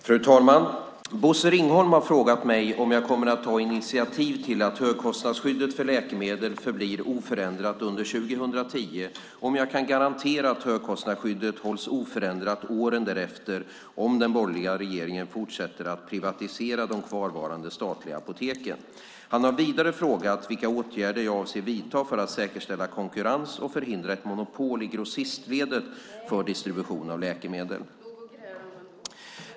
Fru talman! Bosse Ringholm har frågat mig om jag kommer att ta initiativ till att högkostnadsskyddet för läkemedel förblir oförändrat under 2010 och om jag kan garantera att högkostnadsskyddet hålls oförändrat åren därefter om den borgerliga regeringen fortsätter att privatisera de kvarvarande statliga apoteken. Han har vidare frågat vilka åtgärder jag avser att vidta för att säkerställa konkurrens och förhindra ett monopol i grossistledet för distribution av läkemedel.